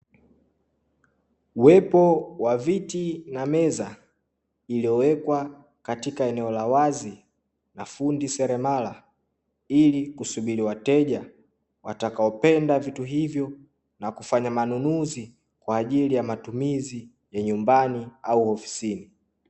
Uwepo wa viti na meza, iliyowekwa katika eneo la wazi na fundi seremala ili kusubiri wateja watakaopenda vitu hivyo na kufanya manunuzi kwa ajili ya matumizi ya nyumbani au ofisini.